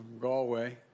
Galway